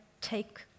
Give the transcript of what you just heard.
take